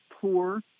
poor